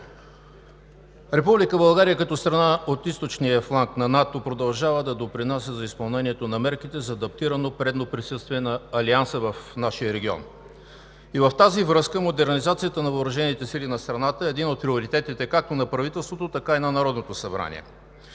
Република България като страна от източния фланг на НАТО продължава да допринася за изпълнението на мерките за адаптирано предно присъствие на Алианса в нашия регион. И в тази връзка модернизацията на въоръжените сили на страната е един от приоритетите както на правителството, така и на Народното събрание.